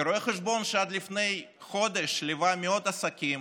כרואה חשבון, שעד לפני חודש ליווה מאות עסקים